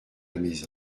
maison